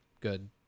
good